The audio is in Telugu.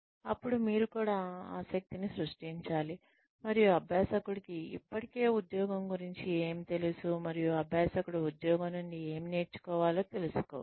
అప్పుడు మీరు కూడా ఆసక్తిని సృష్టించాలి మరియు అభ్యాసకుడికి ఇప్పటికే ఉద్యోగం గురించి ఏమి తెలుసు మరియు అభ్యాసకుడు ఉద్యోగం నుండి ఏమి నేర్చుకోవాలో తెలుసుకోవాలి